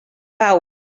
pau